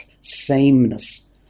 sameness